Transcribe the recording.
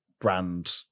brand